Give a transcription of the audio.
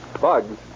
Bugs